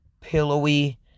pillowy